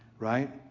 right